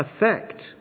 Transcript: effect